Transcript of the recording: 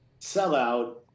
sellout